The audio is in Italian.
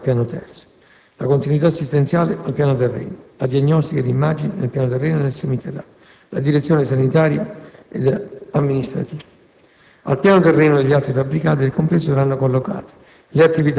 e *day-surgery* e la riabilitazione, dal piano rialzato al piano terzo; la continuità assistenziale, al piano terreno; la diagnostica di immagini, nel piano terreno e nel seminterrato; la direzione sanitaria ed amministrativa.